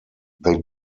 they